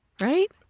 right